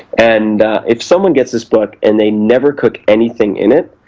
and if someone gets this book and they never cook anything in it,